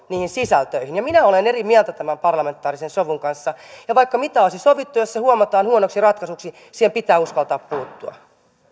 niihin sisältöihin minä olen eri mieltä tämän parlamentaarisen sovun kanssa ja vaikka mitä olisi sovittu jos se huomataan huonoksi ratkaisuksi siihen pitää uskaltaa puuttua